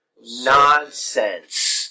nonsense